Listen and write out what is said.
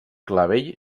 clavell